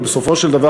ובסופו של דבר,